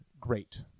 great